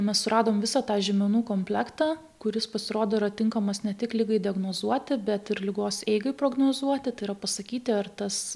mes suradom visą tą žymenų komplektą kuris pasirodo yra tinkamas ne tik ligai diagnozuoti bet ir ligos eigai prognozuoti tai yra pasakyti ar tas